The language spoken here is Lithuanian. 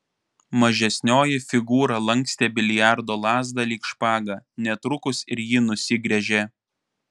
mažesnioji figūra lankstė biliardo lazdą lyg špagą netrukus ir ji nusigręžė